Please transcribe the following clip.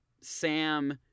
Sam